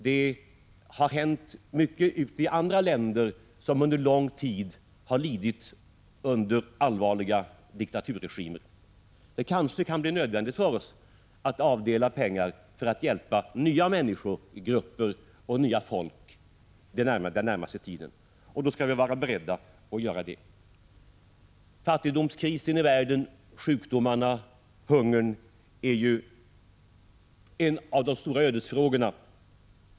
Det har hänt mycket i andra länder som under lång tid har lidit under hårda diktaturregimer. Det kan kanske bli nödvändigt för oss att avdela pengar för att hjälpa nya grupper av människor och nya folk den närmaste tiden, och då skall vi vara beredda att göra det. Fattigdomskrisen i världen, sjukdomarna och hungern hör ju till de stora ödesfrågorna.